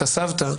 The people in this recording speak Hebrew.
את הסבתא,